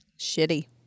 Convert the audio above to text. Shitty